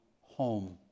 home